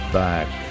back